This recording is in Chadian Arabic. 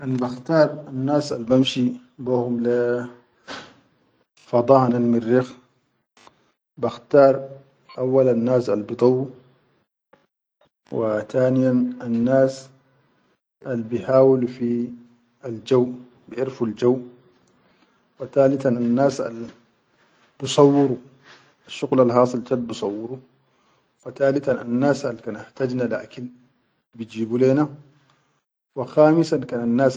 Kan bakhtad annas al bamshi be hum le fada hanal mirrikh bakhtar auwalan nas al bidauwa taniyan annas al bihawulu fi al jaw, biʼerfu jaw, wa talitan annas al bi sauwuru shuqulal hasit chat bisauwu, fa talitan annas al kan hataj na le akil bijubu le na wa khamisan kan annas.